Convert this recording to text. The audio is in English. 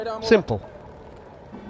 Simple